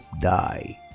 die